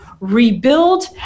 Rebuild